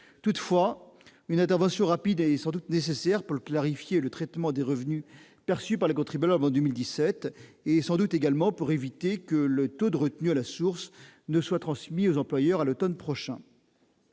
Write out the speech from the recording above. Toutefois, une intervention rapide est sans doute nécessaire pour clarifier le traitement des revenus perçus par les contribuables en 2017 et éviter que leur taux de retenue à la source ne soit transmis aux employeurs à l'automne prochain.